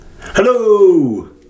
Hello